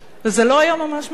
וזה לא היה ממש משעשע.